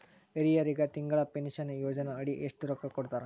ಹಿರಿಯರಗ ತಿಂಗಳ ಪೀನಷನಯೋಜನ ಅಡಿ ಎಷ್ಟ ರೊಕ್ಕ ಕೊಡತಾರ?